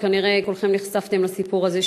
כנראה כולכם נחשפתם לסיפור הזה,